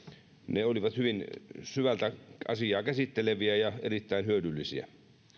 ne olivat hyvin syvältä asiaa käsitteleviä ja erittäin hyödyllisiä